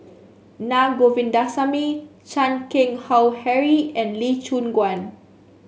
Na Govindasamy Chan Keng Howe Harry and Lee Choon Guan